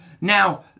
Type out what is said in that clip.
now